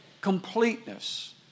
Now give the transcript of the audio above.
completeness